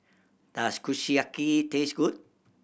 does Kushiyaki taste good